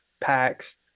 packs